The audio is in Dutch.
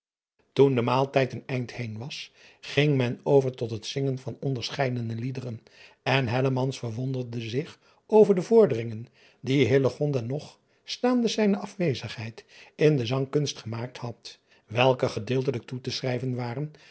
oen de maaltijd een eind heen was ging men over tot het zingen van onderscheidene liederen en verwonderde zich over de vorderingen die nog staande zijne aswezigheid in de zangkunst gemaakt had welke gedeeltelijk toe te schrijven waren